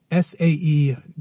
SAE